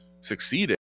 succeeded